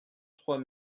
trois